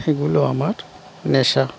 এগুলো আমার নেশা